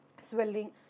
swelling